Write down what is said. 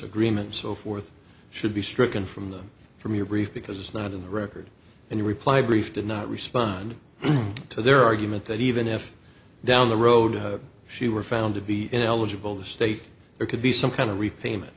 agreement so forth should be stricken from them from your brief because it's not in the record and your reply brief did not respond to their argument that even if down the road she were found to be eligible the state there could be some kind of repayment